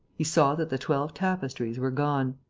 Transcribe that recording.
he saw that the twelve tapestries were gone.